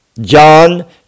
John